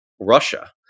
Russia